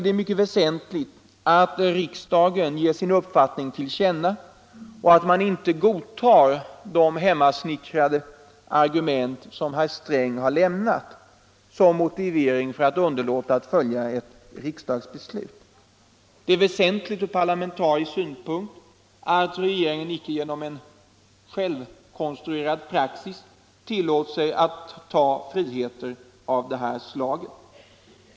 Det är väsentligt att riksdagen ger sin uppfattning till känna och att man inte godtar de hemmasnickrade argument som herr Sträng har lämnat som motivering för att underlåta att följa ett riksdagsbeslut. Det är väsentligt ur parlamentarisk synpunkt att regeringen icke genom en självkonstruerad praxis tillåts att ta sig friheter av det här slaget.